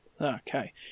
Okay